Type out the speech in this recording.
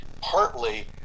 partly